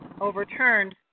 overturned